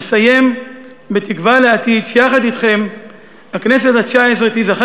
אסיים בתקווה לעתיד שיחד אתכם הכנסת התשע-עשרה תיזכר